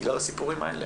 בגלל הסיפורים האלה?